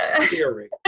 theory